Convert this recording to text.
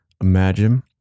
Imagine